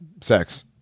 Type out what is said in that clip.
sex